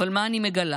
אבל מה אני מגלה?